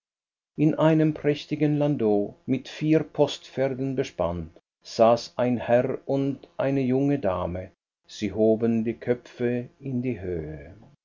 in einem prächtigen landau mit vier postpferden bespannt saß ein herr und eine junge dame sie hoben die köpfe in die höhe mein